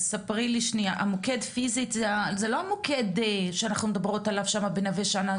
המוקד זה המוקד שאנחנו מדברות עליו בנווה שאנן,